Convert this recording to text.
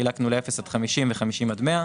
חילקנו לאפס עד 50 ואז 50 עד 100,